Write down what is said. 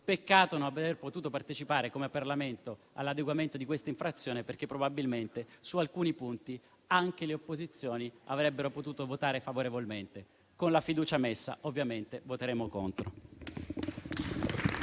Peccato non aver potuto partecipare come Parlamento all'adeguamento di questa infrazione, perché probabilmente su alcuni punti anche le opposizioni avrebbero potuto votare favorevolmente. Con la posizione della questione di fiducia, ovviamente voteremo contro.